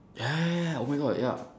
ya ya ya oh my god ya